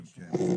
אוקי,